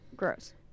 gross